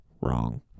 Wrong